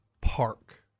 park